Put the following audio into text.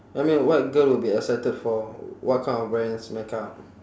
I mean what girl will be excited for what kind of brands makeup